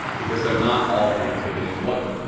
because they're not all annotated and what,